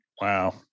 Wow